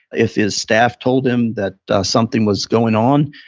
if his staff told him that something was going on,